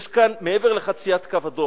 יש כאן מעבר לחציית קו אדום.